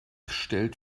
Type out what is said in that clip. stellt